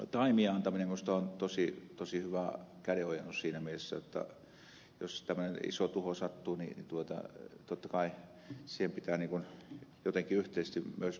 taimien antaminen minusta on tosi hyvä kädenojennus siinä mielessä että jos tämmöinen iso tuho sattuu niin totta kai siihen pitää jotenkin yhteisesti myös pyrkiä vastaamaan